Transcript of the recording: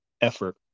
effort